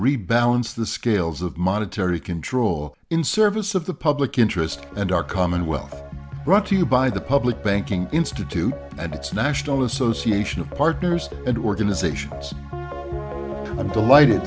rebalance the scales of monetary control in service of the public interest and our common wealth brought to you by the public banking institute and its national association of partners and organizations i'm delighted